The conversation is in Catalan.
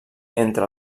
entre